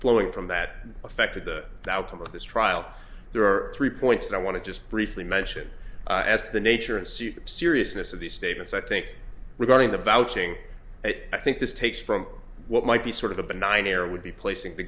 flowing from that affected the outcome of this trial there are three points that i want to just briefly mention as to the nature and seriousness of these statements i think regarding the vouching it i think this takes from what might be sort of a benign error would be placing the